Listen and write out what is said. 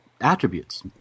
attributes